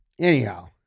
anyhow